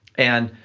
and